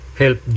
help